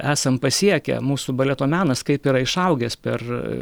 esam pasiekę mūsų baleto menas kaip yra išaugęs per